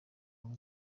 ngo